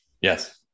Yes